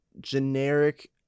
generic